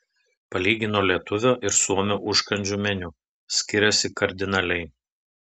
palygino lietuvio ir suomio užkandžių meniu skiriasi kardinaliai